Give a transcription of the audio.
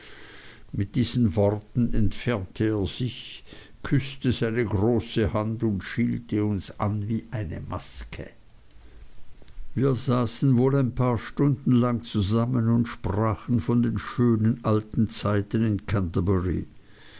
mit diesen worten entfernte er sich küßte seine große hand und schielte uns an wie eine maske wir saßen wohl ein paar stunden lang zusammen und sprachen von den schönen alten zeiten in